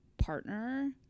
partner